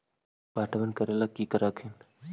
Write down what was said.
पटबन करे ला की कर हखिन?